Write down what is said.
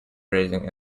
raising